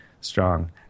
strong